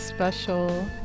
special